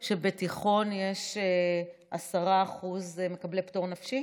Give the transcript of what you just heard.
נראה לך סביר שבתיכון יש 10% מקבלי פטור נפשי?